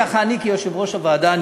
כך אני אומר כיושב-ראש הוועדה.